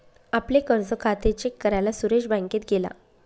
आपले कर्ज खाते चेक करायला सुरेश बँकेत गेला